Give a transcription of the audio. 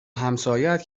همسایهات